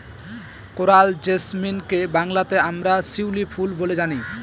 coral জেসমিনকে বাংলাতে আমরা শিউলি ফুল বলে জানি